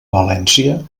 valència